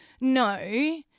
No